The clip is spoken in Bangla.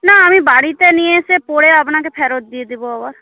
না আমি বাড়িতে নিয়ে এসে পড়ে আপনাকে ফেরত দিয়ে দেবো বাবা